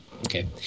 Okay